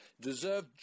deserve